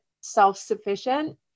self-sufficient